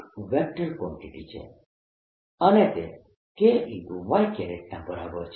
તેથી તે એક વેક્ટર કવાન્ટીટી છે અને તે K y ના બરાબર છે